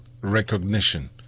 recognition